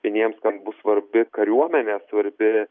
vieniems ten bus svarbi kariuomenė svarbi